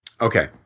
Okay